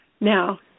Now